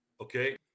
okay